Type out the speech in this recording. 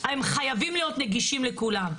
הם חייבים להיות נגישים לכולם,